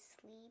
sleep